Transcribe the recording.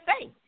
say